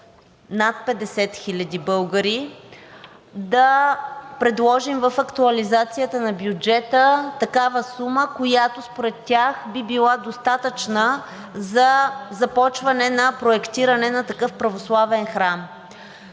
над 50 хиляди българи, да предложим в актуализацията на бюджета такава сума, която според тях би била достатъчна за започване на проектиране на такъв православен храм.